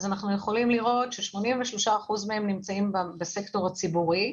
אנחנו יכולים לראות ש-83% מהם נמצאים בסקטור הציבורי,